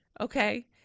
Okay